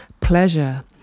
Pleasure